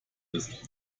ist